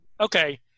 Okay